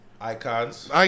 icons